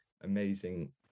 amazing